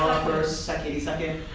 second. second.